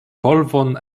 polvon